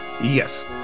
Yes